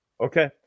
Okay